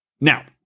Now